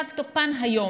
פג תוקפן היום,